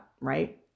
right